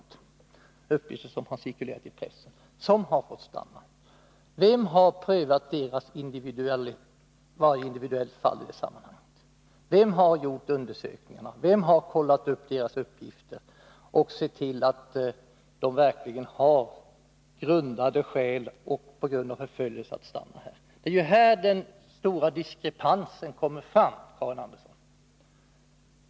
Det är en uppgift som cirkulerat i pressen. Vem har prövat varje individuellt fall i det sammanhanget? Vem har gjort undersökningarna, vem har kollat upp deras uppgifter och sett till att de verkligen har skäl på grund av förföljelse att få stanna här? Det är ju här den stora diskrepansen kommer fram, Karin Andersson.